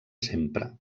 sempre